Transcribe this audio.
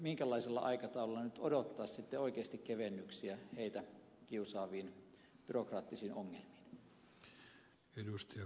minkälaisella aikataululla pienelintarvikejalostajat voivat nyt odottaa oikeasti kevennyksiä heitä kiusaaviin byrokraattisiin ongelmiin